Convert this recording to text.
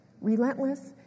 Relentless